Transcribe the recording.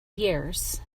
years